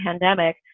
pandemic